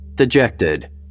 Dejected